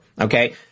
Okay